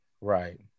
right